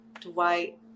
Dwight